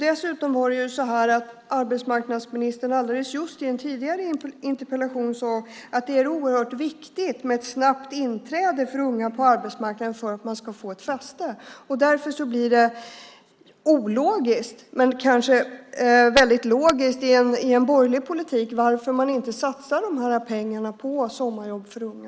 Dessutom har arbetsmarknadsministern nyligen i en tidigare interpellationsdebatt sagt att det är oerhört viktigt med ett snabbt inträde för unga på arbetsmarknaden så att de kan få ett fäste. Därför blir det ologiskt - men kanske logiskt i en borgerlig politik - att man inte satsar pengarna på sommarjobb för unga.